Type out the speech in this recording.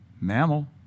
mammal